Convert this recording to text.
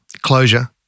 closure